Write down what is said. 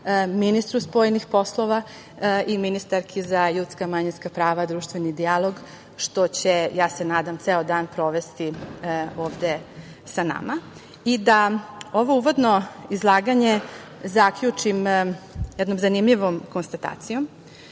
ministru spoljnih poslova i ministru za ljudska, manjinska prava, društveni dijalog, što će nadam se, ceo dan provesti ovde sa nama i da ovo uvodno izlaganje zaključim jednom zanimljivom konstatacijom. Kada